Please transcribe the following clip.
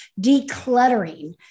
decluttering